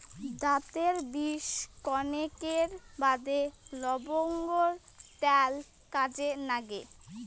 দাতের বিষ কণেকের বাদে লবঙ্গর ত্যাল কাজে নাগে